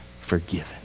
forgiven